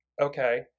okay